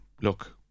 look